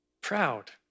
proud